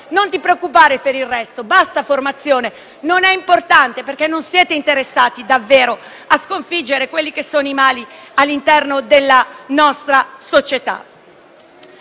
non preoccuparsi per il resto: basta formazione, non è importante. Questo perché non siete interessati davvero a sconfiggere i mali all'interno della nostra società.